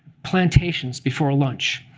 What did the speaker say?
plantations before lunch.